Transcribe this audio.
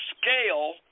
scale